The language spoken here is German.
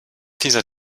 dieser